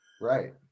Right